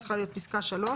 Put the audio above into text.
זה צריך להיות פסקה (3),